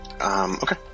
Okay